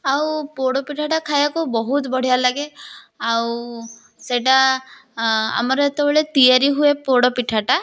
ଆଉ ପୋଡ଼ପିଠାଟା ଖାଇବାକୁ ବହୁତ ବଢ଼ିଆ ଲାଗେ ଆଉ ସେଇଟା ଆମର ଯେତେବେଳେ ତିଆରି ହୁଏ ପୋଡ଼ପିଠାଟା